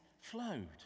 flowed